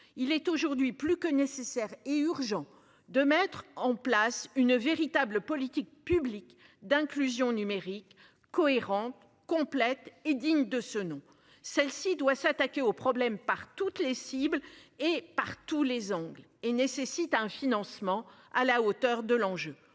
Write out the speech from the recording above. Il est aujourd'hui plus que nécessaire et urgent de mettre en place une véritable politique publique d'inclusion numérique cohérentes complètes et digne de ce nom. Celle-ci doit s'attaquer au problème par toutes les cibles et partout les angles et nécessite un financement à la hauteur de l'enjeu